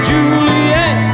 Juliet